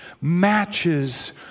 matches